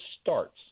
starts